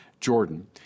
Jordan